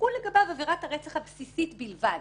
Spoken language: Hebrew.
תחול לגביו עבירת הרצח הבסיסית בלבד,